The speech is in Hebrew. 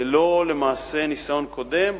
ללא ניסיון קודם.